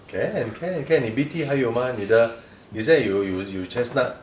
can can can 你 B_T 还有 mah 你的你现在有有有 chestnut